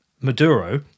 Maduro